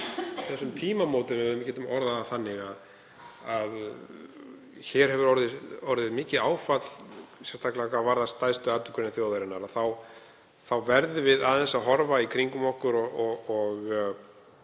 þessum tímamótum, ef við getum orðað það þannig, þegar hér hefur orðið mikið áfall, sérstaklega hvað varðar stærstu atvinnugrein þjóðarinnar, þá verðum við aðeins að horfa í kringum okkur og